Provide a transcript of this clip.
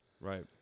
right